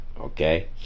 okay